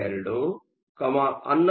8 11